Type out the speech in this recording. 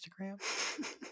Instagram